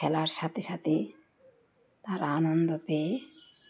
খেলার সাথে সাথে তারা আনন্দ পেয়ে